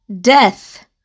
death